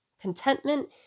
Contentment